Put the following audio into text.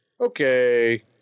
Okay